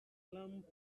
lamp